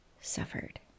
suffered